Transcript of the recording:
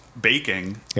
baking